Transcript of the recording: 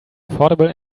affordable